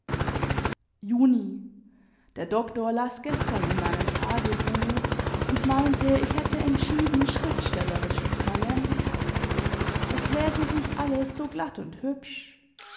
juni der doktor las gestern in meinem tagebuch und meinte ich hätte entschieden schriftstellerisches talent es läse sich alles so glatt und hübsch